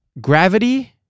Gravity